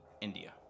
India